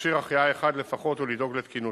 מכשיר החייאה אחד לפחות ולדאוג לתקינותו.